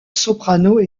soprano